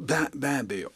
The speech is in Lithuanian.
be be abejo